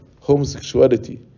homosexuality